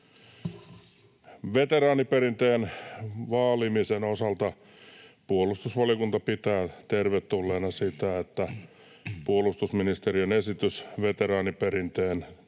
Veteraaniperinteen vaalimisen osalta puolustusvaliokunta pitää tervetulleena sitä, että puolustusministeriön esitys veteraaniperinteen